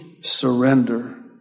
surrender